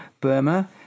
Burma